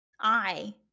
I-